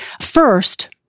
First